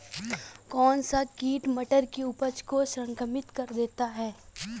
कौन सा कीट मटर की उपज को संक्रमित कर देता है?